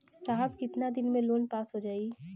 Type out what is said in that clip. साहब कितना दिन में लोन पास हो जाई?